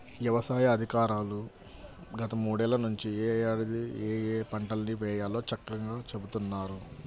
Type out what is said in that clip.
యవసాయ అధికారులు గత మూడేళ్ళ నుంచి యే ఏడాది ఏయే పంటల్ని వేయాలో చక్కంగా చెబుతున్నారు